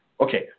okay